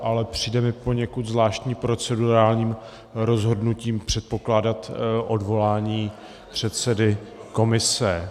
Ale přijde mi poněkud zvláštní procedurálním rozhodnutím předpokládat odvolání předsedy komise.